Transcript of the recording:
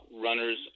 runners